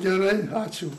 gerai ačiū